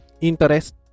interest